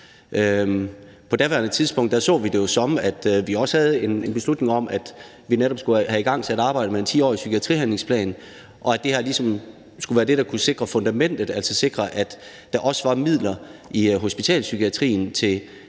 På daværende tidspunkt så vi det jo som, at vi også havde en beslutning om, at vi netop skulle have igangsat arbejdet med en 10-årig psykiatrihandlingsplan, og at det ligesom skulle være det, der kunne sikre fundamentet, altså sikre, at der også var midler i hospitalspsykiatrien til